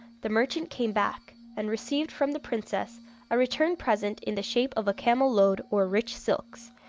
the merchant came back, and received from the princess a return present in the shape of a camel-load or rich silks,